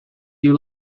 you